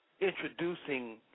introducing